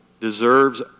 deserves